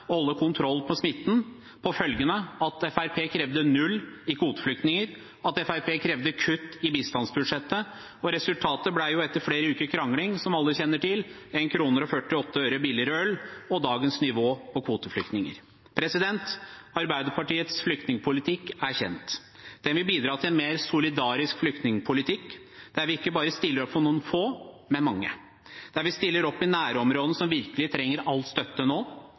holde kontroll på smitten, på følgende: at Fremskrittspartiet krevde null kvoteflyktninger, og at Fremskrittspartiet krevde kutt i bistandsbudsjettet. Resultatet ble – etter flere uker med krangling, som alle kjenner til – 1 krone og 48 øre billigere øl og dagens nivå på kvoteflyktninger. Arbeiderpartiets flyktningpolitikk er kjent. Den vil bidra til en mer solidarisk flyktningpolitikk der vi ikke bare stiller opp for noen få, men for mange, og der vi stiller opp i nærområdene som virkelig trenger all støtte